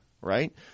right